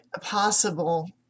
possible